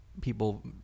people